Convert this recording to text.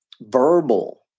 verbal